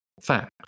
fact